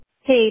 hey